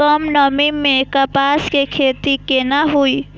कम नमी मैं कपास के खेती कोना हुऐ?